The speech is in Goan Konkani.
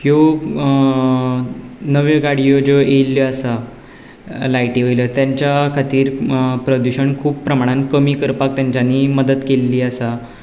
ह्यो नव्यो गाडयो ज्यो येयल्ल्यो आसा लायटी वेल्यो तांच्या खातीर प्रदुशण खूब प्रमाणान कमी करपाक तांच्यांनी मदत केल्ली आसा